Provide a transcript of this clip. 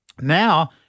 Now